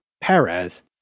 Perez